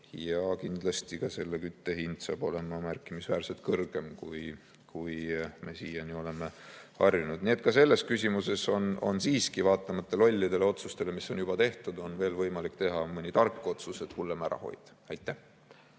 ja kindlasti ka selle kütte hind saab olema märkimisväärselt kõrgem, kui me siiani oleme harjunud. Nii et ka selles küsimuses on siiski – vaatamata lollidele otsustele, mis on juba tehtud – veel võimalik teha mõni tark otsus, et hullem ära hoida. Aitäh!